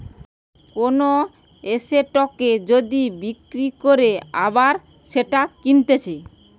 কোন এসেটকে যদি বিক্রি করে আবার সেটা কিনতেছে